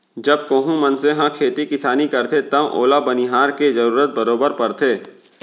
जब कोहूं मनसे ह खेती किसानी करथे तव ओला बनिहार के जरूरत बरोबर परथे